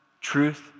truth